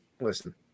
listen